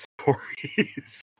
stories